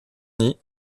nids